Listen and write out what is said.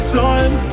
time